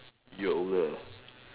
you're over